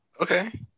Okay